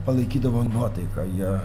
palaikydavo nuotaiką ją